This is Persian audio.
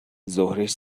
ظهرش